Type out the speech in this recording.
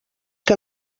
que